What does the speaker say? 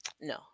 no